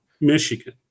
Michigan